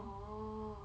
orh